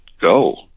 go